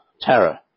terror